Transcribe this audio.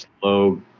slow